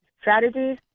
strategies